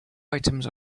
items